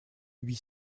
huit